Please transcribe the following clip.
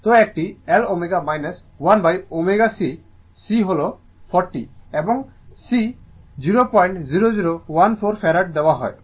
তো একটি L ω 1ω C ω হল 40 এবং C 00014 ফেরাড দেওয়া হয়